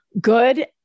good